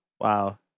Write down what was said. wow